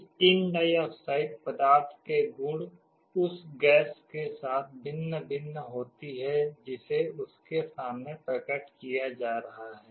इस tin dioxide पदार्थ के गुण उस गैस के साथ भिन्न भिन्न होती है जिसे उसके सामने प्रकट किया जा रहा है